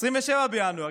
27 בינואר,